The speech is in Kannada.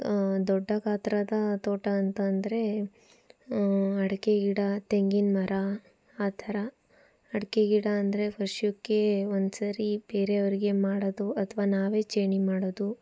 ದೊಡ್ಡ ಗಾತ್ರದ ತೋಟ ಅಂತ ಅಂದರೆ ಅಡಿಕೆ ಗಿಡ ತೆಂಗಿನ ಮರ ಆ ಥರ ಅಡುಗೆ ಗಿಡ ಅಂದರೆ ವರ್ಷಕ್ಕೆ ಒಂದು ಸಾರಿ ಬೇರೆಯವರಿಗೆ ಮಾಡೋದು ಅಥವಾ ನಾವೇ ಚೇಣಿ ಮಾಡೋದು